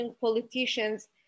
politicians